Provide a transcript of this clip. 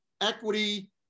equity